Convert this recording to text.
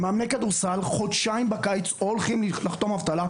מאמני כדורסל חודשיים בקיץ או הולכים לחתום אבטלה,